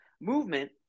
movement